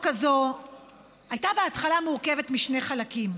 הייתה בהתחלה מורכבת משני חלקים: